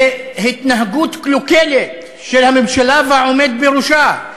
להתנהגות קלוקלת של הממשלה והעומד בראשה,